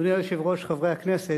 אדוני היושב-ראש, חברי הכנסת,